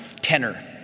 tenor